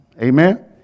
Amen